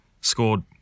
Scored